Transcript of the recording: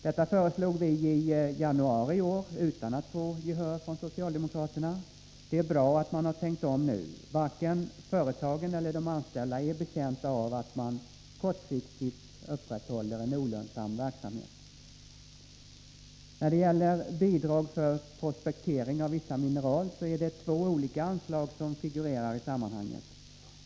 Detta föreslog vi i januari i år utan att få gehör från socialdemokraterna. Det är bra att man har tänkt om nu. Varken företagen eller de anställda är betjänta av att man kortsiktigt upprätthåller olönsam verksamhet. När det gäller bidrag för prospektering av vissa mineral är det två olika anslag som figurerar i sammanhanget.